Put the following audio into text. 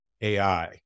AI